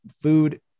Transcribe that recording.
food